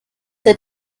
der